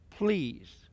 please